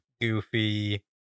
goofy